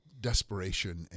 desperation